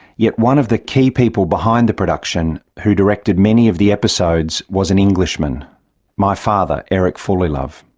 yet one of the key people behind the production, who directed many of the episodes, was an englishman my father, eric fullilove.